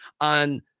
on